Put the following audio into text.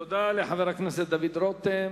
תודה לחבר הכנסת דוד רותם.